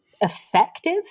effective